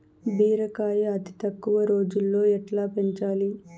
బీరకాయ అతి తక్కువ రోజుల్లో ఎట్లా పెంచాలి?